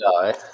die